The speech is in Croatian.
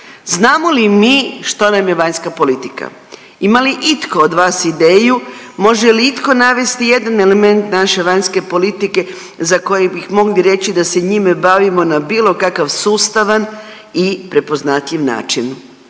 Znamo li mi što nam je vanjska politika? Ima li itko od vas ideju, može li itko navesti jedan element naše vanjske politike za koji bi mogli reći da se njime bavimo na bilo kakav sustavan i prepoznatljiv način?